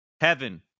Heaven